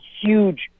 huge